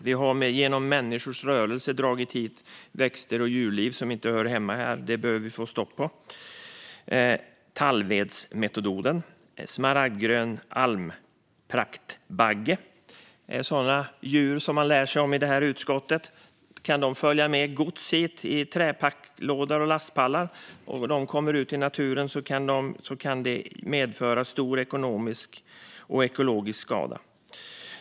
Vi har genom människors rörelser dragit hit växt och djurliv som inte hör hemma här. Det behöver vi få stopp på. Tallvedsnematod och smaragdgrön askmalpraktbagge - det är sådana djur som man lär sig om i det här utskottet. De kan följa med gods hit i trälådor och lastpallar, och om de kommer ut i naturen kan det medföra stor ekologisk och ekonomisk skada.